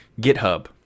GitHub